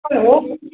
hello